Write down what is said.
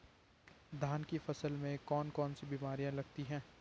धान की फसल में कौन कौन सी बीमारियां लगती हैं?